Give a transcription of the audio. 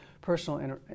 personal